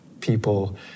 people